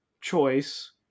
choice